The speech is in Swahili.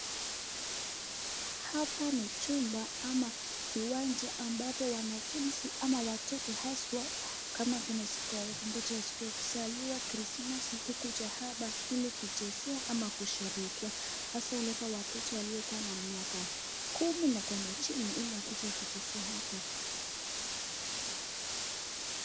Hapa ni chumba ama kiwanja ambapo wanafunzi ama watoto haswa kama kuna siku wameletwa siku ya kuzaliwa ,krismasi hukuja hapa ili kuchezea ama kusherekea, hasa huletwa watoto waliokuwa na miaka kumi na kuenda chini ili wakuje kuchezea hapo.